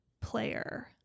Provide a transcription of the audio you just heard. player